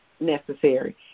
necessary